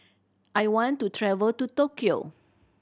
I want to travel to Tokyo